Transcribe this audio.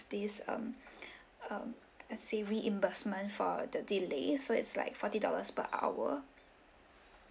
this um um I'd say reimbursement for the delay so it's like forty dollars per hour